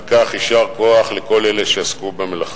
על כך יישר כוח לכל אלה שעסקו במלאכה.